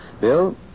Bill